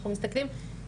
אנחנו מסתכלים,